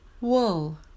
Wool